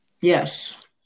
Yes